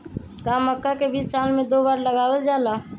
का मक्का के बीज साल में दो बार लगावल जला?